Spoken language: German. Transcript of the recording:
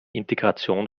integration